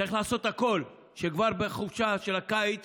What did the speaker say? צריך לעשות הכול כדי שכבר בחופשה של הקיץ